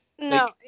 No